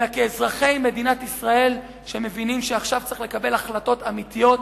אלא כאזרחי מדינת ישראל שמבינים שעכשיו צריך לקבל החלטות אמיתיות,